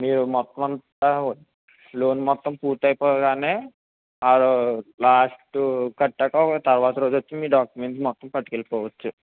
మీరు మొత్తం అంతా లోన్ మొత్తం పూర్తి అయిపోగా లాస్ట్ కట్టాక తర్వాత రోజు వచ్చి మీ డాక్యుమెంట్స్ మొత్తం పట్టుకు వెళ్లిపోవచ్చు